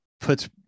puts